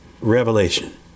revelation